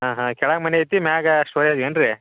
ಹಾಂ ಹಾಂ ಕೆಳಗೆ ಮನೆ ಐಯ್ತಿ ಮ್ಯಾಲ ಶ್ಟೋರೇಜ್ಗೇನ್ರಿ